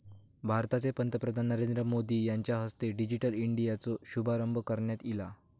भारताचे पंतप्रधान नरेंद्र मोदी यांच्या हस्ते डिजिटल इंडियाचो शुभारंभ करण्यात ईला